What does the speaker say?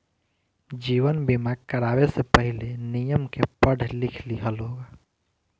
जीवन बीमा करावे से पहिले, नियम के पढ़ लिख लिह लोग